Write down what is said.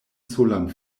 solan